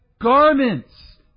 garments